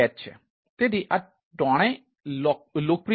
તેથી આ ત્રણેય લોકપ્રિય છે